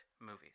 movies